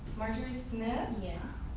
marjory smith? yes.